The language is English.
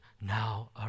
now